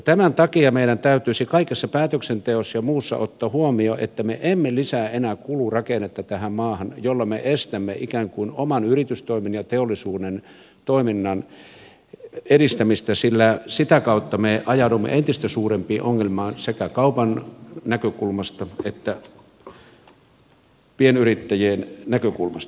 tämän takia meidän täytyisi kaikessa päätöksenteossa ja muussa ottaa huomioon että me emme lisää enää tähän maahan kulurakennetta jolla me estämme ikään kuin oman yritystoiminnan ja teollisuuden toiminnan edistämistä sillä sitä kautta me ajaudumme entistä suurempiin ongelmiin sekä kaupan näkökulmasta että pienyrittäjien näkökulmasta